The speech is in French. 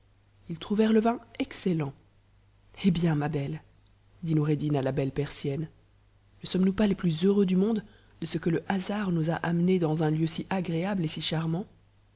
ils trouvèrent le vin excellent he bien ma belle dit noureddin à la belle persienne ne sommes-nous pas les plus heureux du monde de ce que le hasard nous a amenés dans un lieu si agréable et si charmant